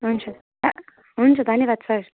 हुन्छ हुन्छ धन्यवाद सर